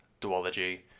Duology